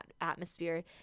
atmosphere